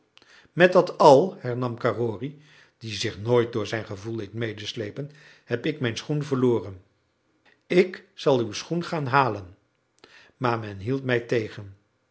met dat al hernam carrory die zich nooit door zijn gevoel liet medesleepen heb ik mijn schoen verloren ik zal uw schoen gaan halen maar men hield mij tegen